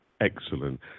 Excellent